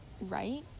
right